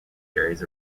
areas